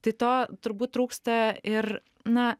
tai to turbūt trūksta ir na